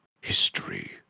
history